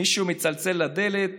מישהו מצלצל בדלת